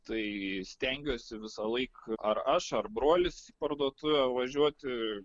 tai stengiuosi visąlaik ar aš ar brolis į parduotuvę važiuoti